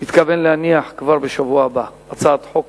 מתכוון להניח כבר בשבוע הבא הצעת חוק